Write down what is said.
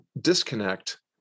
disconnect